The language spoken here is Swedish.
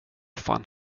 fan